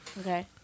Okay